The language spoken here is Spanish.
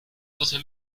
doce